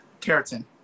Keratin